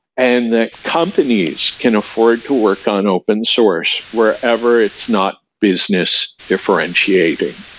and that companies can afford to work on open source wherever it's not business differentiating.